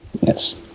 Yes